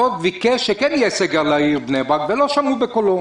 ביקש מאוד שכן יהיה סגר על העיר בני ברק ולא שמעו בקולו.